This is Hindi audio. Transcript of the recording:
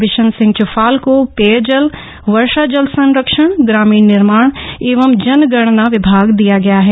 बिशन सिंह चुफाल को पेयजल वर्षा जल संरक्षण ग्रामीण निर्माण एवं जनगणना विभाग दिया गया है